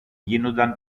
γίνουνταν